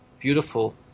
beautiful